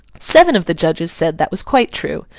seven of the judges said that was quite true,